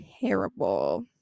terrible